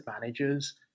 managers